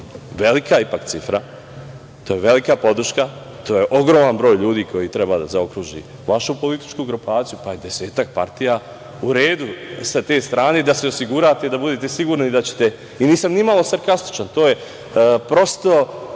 velika ipak cifra, to je velika podrška, to je ogroman broj ljudi koji treba da zaokruži vašu političku grupaciju, pa i desetak partija u redu sa te strane da se osigurate i da budete sigurni da ćete.. Nisam ni malo sarkastičan, to je prosto